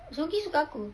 cuki suka aku